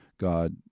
god